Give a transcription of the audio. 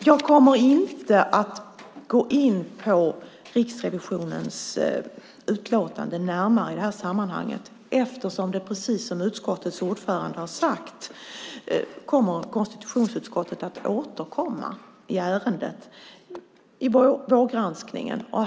Jag kommer inte att gå in på Riksrevisionens utlåtande i det här sammanhanget eftersom, precis som utskottets ordförande har sagt, konstitutionsutskottet ska återkomma till ärendet i vårgranskningen.